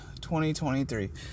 2023